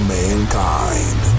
mankind